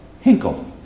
Hinkle